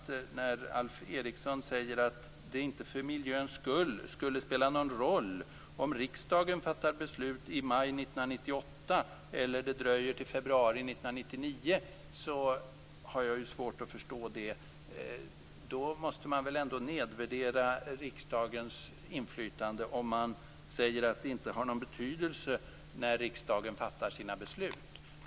När Alf Eriksson säger att det för miljöns skull inte spelar någon roll om riksdagen fattar beslut i maj 1998 eller det dröjer till februari 1999 har jag svårt att förstå det. Då måste man väl ändå nedvärdera riksdagens inflytande om man säger att det inte har någon betydelse när riksdagen fattar sina beslut.